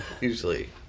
Usually